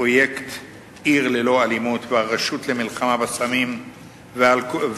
ופרויקט "עיר ללא אלימות" והרשות למלחמה בסמים ובאלכוהול